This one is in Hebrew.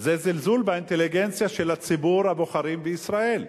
זה זלזול באינטליגנציה של ציבור הבוחרים בישראל,